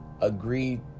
agreed